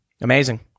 amazing